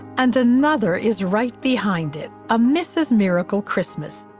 and another is right behind it, a mrs. miracle christmas.